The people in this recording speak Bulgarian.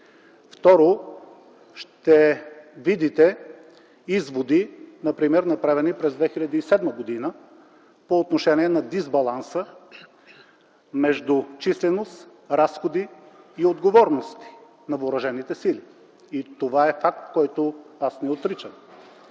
Второ, ще видите изводи, например, направени през 2007 г. по отношение на дисбаланса между численост, разходи и отговорности на въоръжените сили. И това е факт, който аз не отричам.